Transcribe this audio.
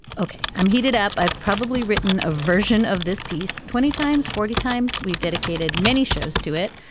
ok i'm heated up. i've probably written a version of this piece twenty times forty times we've dedicated many shows to it.